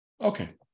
Okay